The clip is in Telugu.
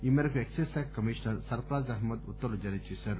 ఈ మేరకు ఎక్సైజ్ శాఖ కమిషనర్ సర్పరాజ్ అహ్మద్ ఉత్తర్వులు జారీచేశారు